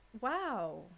wow